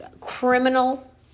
criminal